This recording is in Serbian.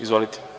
Izvolite.